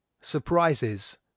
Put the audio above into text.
surprises